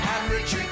Average